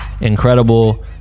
incredible